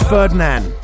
Ferdinand